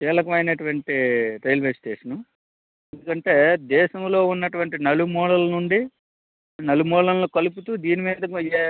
కీలకమైనటువంటి railway station ఎందుకంటే దేశంలో ఉన్నటువంటి నలుమూలల నుండి నలుమూలలను కలుపుతూ దీనిమీద పోయే